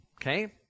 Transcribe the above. Okay